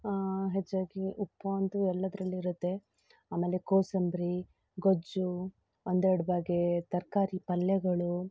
ಹೆಚ್ಚಾಗಿ ಉಪ್ಪು ಅಂತೂ ಎಲ್ಲದರಲ್ಲಿರುತ್ತೆ ಆಮೇಲೆ ಕೋಸಂಬರಿ ಗೊಜ್ಜು ಒಂದೆರ್ಡು ಬಗ್ಗೆ ತರಕಾರಿ ಪಲ್ಯಗಳು